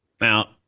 Now –